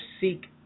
seek